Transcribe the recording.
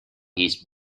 his